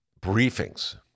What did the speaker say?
briefings